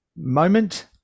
Moment